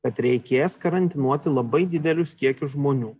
kad reikės karantinuoti labai didelius kiekius žmonių